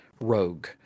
rogue